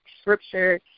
scripture